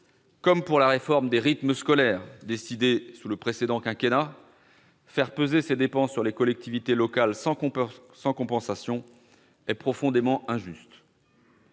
Comme pour la réforme des rythmes scolaires décidée sous le précédent quinquennat, faire peser ces dépenses sur les collectivités locales sans compensation est profondément injuste.